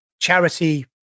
charity